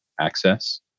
access